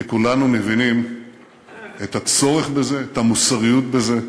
כי כולנו מבינים את הצורך בזה, את המוסריות בזה,